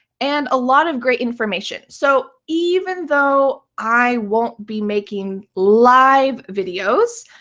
and a lot of great information. so even though i won't be making live videos,